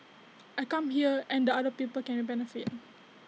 I come here and other people can benefit